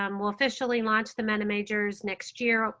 um we'll officially launch the meta majors next year.